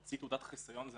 להוציא תעודת חיסיון זה